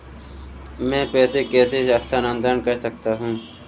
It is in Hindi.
मैं पैसे कैसे स्थानांतरण कर सकता हूँ?